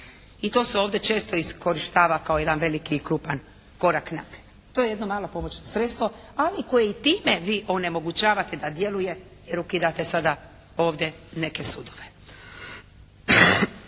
I to se ovdje često iskorištava kao jedan veliki i krupan korak naprijed. To je jedno malo pomoćno sredstvo, ali koje i time vi onemogućavate da djeluje jer ukidate sada ovdje neke sudove.